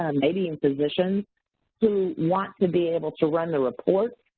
um may be in position to want to be able to run the report,